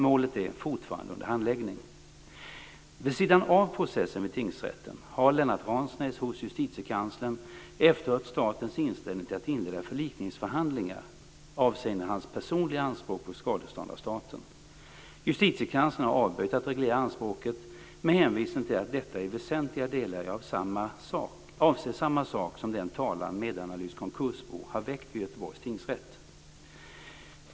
Målet är fortfarande under handläggning. Vid sidan av processen vid tingsrätten har Lennart Ransnäs hos Justitiekanslern efterhört statens inställning till att inleda förlikningsförhandlingar avseende hans personliga anspråk på skadestånd av staten. Justitiekanslern har avböjt att reglera anspråket med hänvisning till att detta i väsentliga delar avser samma sak som den talan Medanalys konkursbo har väckt vid Göteborgs tingsrätt.